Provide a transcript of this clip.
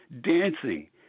dancing